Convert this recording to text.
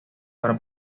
para